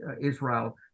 Israel